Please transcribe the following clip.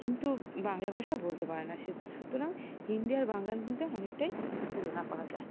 কিন্তু বাংলা ভাষা বলতে পারে না সুতরাং হিন্দি আর বাংলার মধ্যে অনেকটাই তুলনা করা যায়